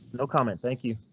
no comment, thank you,